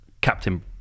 Captain